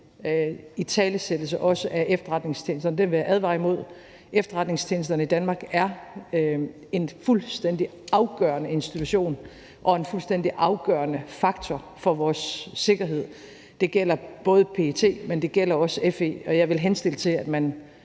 italesættelse af også efterretningstjenesterne. Efterretningstjenesterne i Danmark er en fuldstændig afgørende institution og en fuldstændig afgørende faktor for vores sikkerhed; det gælder PET, men også FE. Og jeg vil henstille til, at man